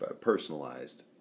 personalized